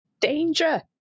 Danger